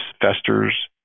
festers